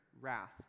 wrath